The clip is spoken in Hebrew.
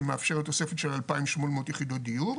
שמאפשרת תוספת של אלפיים שמונה מאות יחידות דיור.